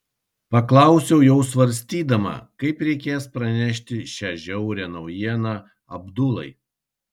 paklausiau jau svarstydama kaip reikės pranešti šią žiaurią naujieną abdulai